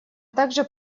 также